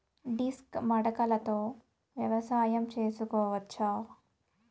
Disc మడకలతో వ్యవసాయం చేసుకోవచ్చా??